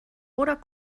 oder